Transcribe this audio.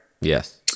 Yes